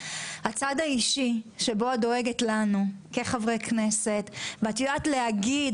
הצד האישי שבו את דואגת לנו כחברי כנסת ואת יודעת להגיד